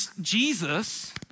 Jesus